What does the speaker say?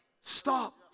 Stop